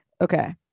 okay